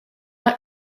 not